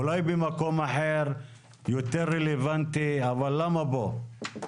אולי במקום אחר יותר רלוונטי, אבל למה פה?